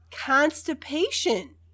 constipation